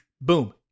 boom